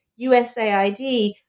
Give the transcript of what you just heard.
USAID